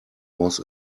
was